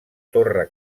torre